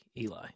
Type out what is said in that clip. Eli